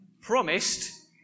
promised